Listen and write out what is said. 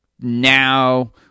now